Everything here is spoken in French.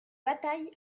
bataille